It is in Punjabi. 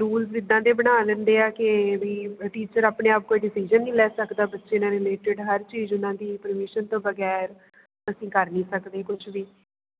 ਰੂਲਸ ਵੀ ਇੱਦਾਂ ਦੇ ਬਣਾ ਲੈਂਦੇ ਆ ਕੇ ਬਈ ਟੀਚਰ ਆਪਣੇ ਆਪ ਕੋਈ ਡਿਸੀਜ਼ਨ ਨਹੀਂ ਲੈ ਸਕਦਾ ਬੱਚੇ ਨਾਲ ਰਿਲੇਟਡ ਹਰ ਚੀਜ਼ ਉਹਨਾਂ ਦੀ ਪਰਮਿਸ਼ਨ ਤੋਂ ਬਗੈਰ ਅਸੀਂ ਕਰ ਨਹੀਂ ਸਕਦੇ ਕੁਛ ਵੀ